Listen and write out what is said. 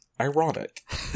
ironic